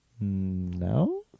No